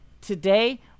Today